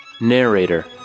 Narrator